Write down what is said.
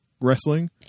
wrestling